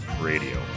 radio